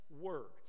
work